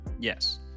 Yes